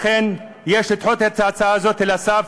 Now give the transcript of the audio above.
לכן, יש לדחות את ההצעה הזאת על הסף.